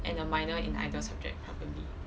and a minor in either subject probably